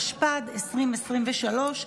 התשפ"ד 2023,